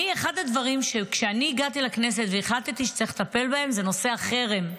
אחד הדברים שהחלטתי שצריך לטפל בהם כשאני הגעתי לכנסת הוא נושא החרם.